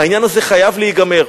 העניין הזה חייב להיגמר.